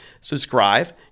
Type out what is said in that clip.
subscribe